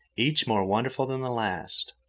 each more wonderful than the last.